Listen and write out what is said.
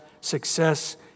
success